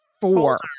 four